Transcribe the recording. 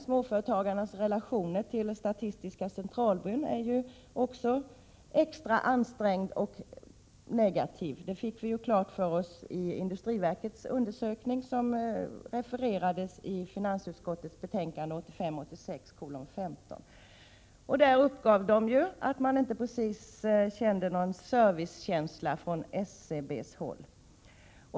Småföretagarnas relationer till statistiska centralbyrån är också extra ansträngda och negativa; det fick vi klart för oss i industriverkets undersökning, som refererades i finansutskottets betänkande 1985/86:15. Där uppgav de att de inte precis kände någon serviceanda från SCB:s håll.